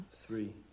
Three